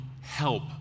Help